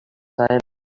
silent